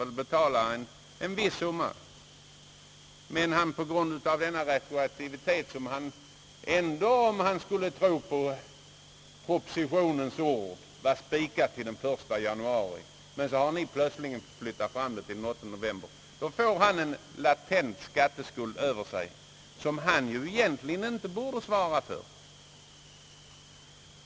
Han har kanske trott på propositionens ord att ikraftträdandet var spikat till den 1 januari 1968, men så flyttar vi plötsligen tillbaka det retroaktivt till den 8 november, varigenom han får en latent skatteskuld över sig som han egentligen inte borde svara för.